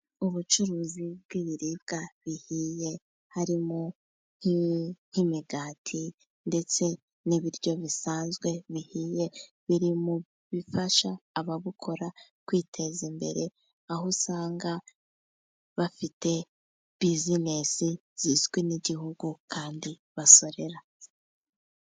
Ubucuruzi bw'ibiribwa bihiye, harimo nk'imigati ndetse n'ibiryo bisanzwe bihiye, biri mu bifasha ababukora kwiteza imbere, aho usanga bafite bizinesi zizwi n'igihugu kandi basorera.